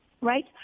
right